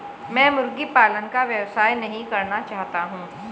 मैं मुर्गी पालन का व्यवसाय नहीं करना चाहता हूँ